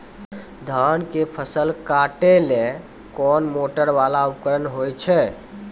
धान के फसल काटैले कोन मोटरवाला उपकरण होय छै?